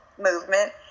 movement